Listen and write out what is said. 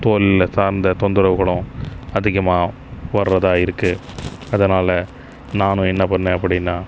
தோலில் சார்ந்த தொந்தரவுகளும் அதிகமாக வரதாக இருக்கு அதனால் நானும் என்ன பண்ணிண அப்படினா